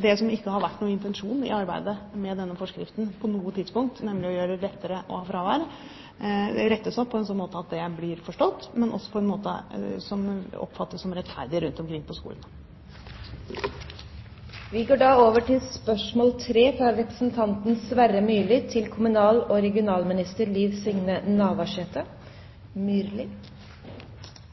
det som ikke på noe tidspunkt har vært noen intensjon i arbeidet med denne forskriften, nemlig å gjøre det lettere å ha fravær, rettes opp på en slik måte at det blir forstått, men også på en måte som oppfattes som rettferdig rundt omkring på